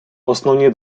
основні